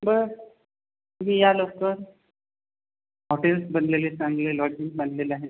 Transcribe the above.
बरं तुम्ही या लवकर हॉटेल बंधलेले चांगले लॉजिस बांधलेले आहेत